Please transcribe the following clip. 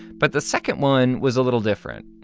but the second one was a little different.